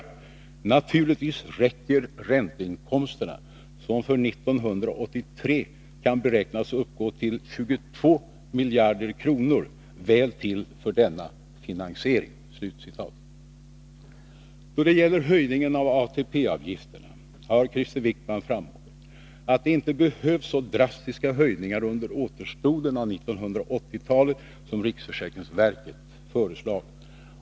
Naturligtvis räcker ränteinkomsterna, som för 1983 kan beräknas uppgå till 22 miljarder kronor, väl till för denna finansiering.” Då det gäller höjningen av ATP-avgifterna har Krister Wickman framhållit, att det inte behövs så drastiska höjningar under återstoden av 1980-talet som riksförsäkringsverket föreslagit.